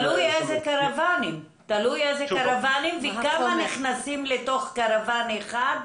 תלוי איזה קרוונים, וכמה נכנסים לתוך קרוון אחד,